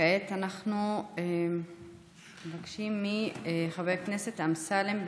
כעת אנחנו מבקשים מחבר הכנסת אמסלם.